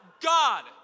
God